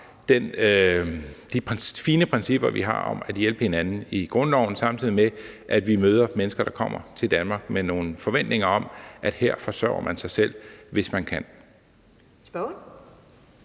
de fine principper, vi har i grundloven, om at hjælpe hinanden, samtidig med at vi møder mennesker, der kommer til Danmark, med nogle forventninger om, at her forsørger man sig selv, hvis man kan. Kl.